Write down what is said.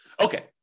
Okay